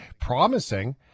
Promising